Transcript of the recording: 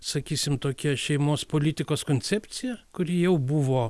sakysim tokia šeimos politikos koncepcija kuri jau buvo